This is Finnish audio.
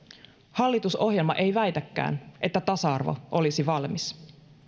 hallitusohjelma ei väitäkään että tasa arvo olisi valmis